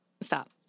stop